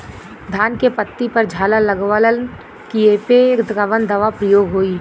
धान के पत्ती पर झाला लगववलन कियेपे कवन दवा प्रयोग होई?